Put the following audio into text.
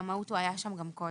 במהות הוא היה שם גם קודם.